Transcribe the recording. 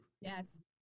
Yes